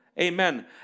amen